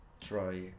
try